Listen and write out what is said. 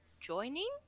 joining